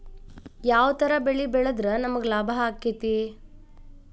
ಯಾವ ತರ ಬೆಳಿ ಬೆಳೆದ್ರ ನಮ್ಗ ಲಾಭ ಆಕ್ಕೆತಿ?